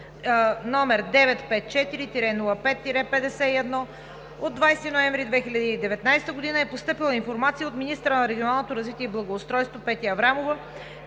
№ 954-05-51, от 20 ноември 2019 г., е постъпила Информация от министъра на регионалното развитие и благоустройството Петя Аврамова